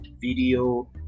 video